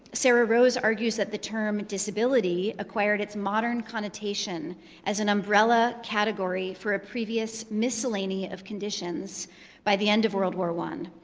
sarah rose argues that the term and disability acquired its modern connotation as an umbrella category for a previous miscellany of conditions by the end of world war i,